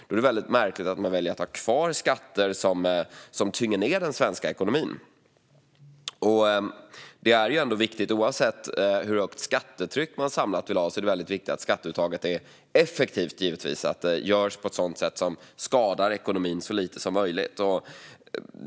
Därför är det märkligt att man väljer att ha kvar skatter som tynger ned den svenska ekonomin. Det är ändå viktigt, oavsett hur högt samlat skattetryck man vill ha, att skatteuttaget är effektivt och att det görs på ett sådant sätt att det skadar ekonomin så lite som möjligt.